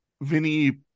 Vinny